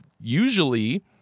usually